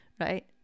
right